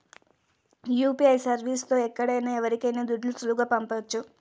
UPI service తో ఎక్కడికైనా ఎవరికైనా దుడ్లు సులువుగా పంపొచ్చు